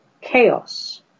chaos